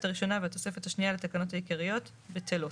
הראשונה והתוספת השנייה לתקנות העיקריות בטלות.